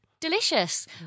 delicious